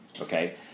okay